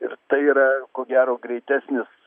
ir tai yra ko gero greitesnis